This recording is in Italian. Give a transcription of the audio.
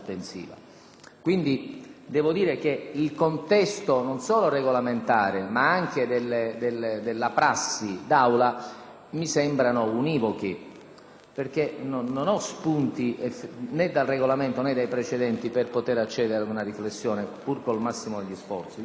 Devo dire che il contesto, non solo regolamentare ma anche quello della prassi d'Aula, mi sembra univoco; non ho spunti né dal Regolamento, né dai precedenti per poter accedere ad una riflessione, pur con il massimo degli sforzi.